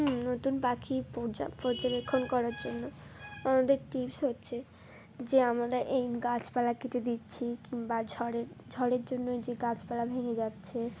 হুম নতুন পাখি পর্যবেক্ষণ করার জন্য আমাদের টিপস হচ্ছে যে আমরা এই গাছপালা কেটে দিচ্ছি কিংবা ঝড়ের ঝড়ের জন্যই যে গাছপালা ভেঙে যাচ্ছে